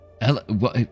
Hello